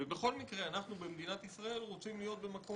בכל מקרה אנחנו במדינת ישראל רוצים להיות יותר